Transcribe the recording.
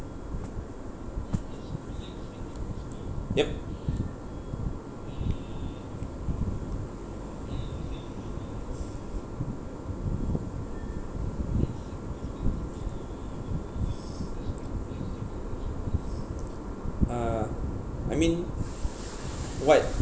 yup uh I mean what